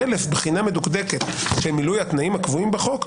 חלף בחינה מדוקדקת של מילוי התנאים הקבועים בחוק,